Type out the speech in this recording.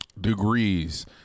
degrees